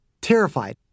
terrified